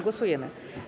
Głosujemy.